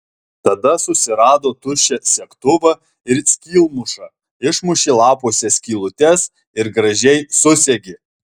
tada susirado tuščią segtuvą ir skylmušą išmušė lapuose skylutes ir gražiai susegė